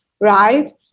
right